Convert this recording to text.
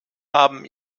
haben